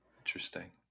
Interesting